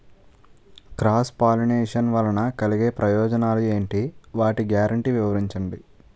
Cross pollination వలన కలిగే ప్రయోజనాలు ఎంటి? వాటి గ్యారంటీ వివరించండి?